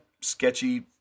sketchy